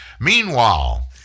Meanwhile